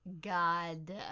god